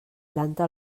planta